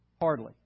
Hardly